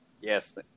Yes